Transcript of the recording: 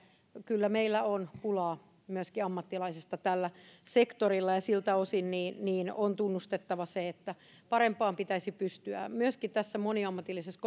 kyllä meillä on pulaa myöskin ammattilaisista tällä sektorilla ja siltä osin on tunnustettava se että parempaan pitäisi pystyä myöskin tässä moniammatillisessa